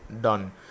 done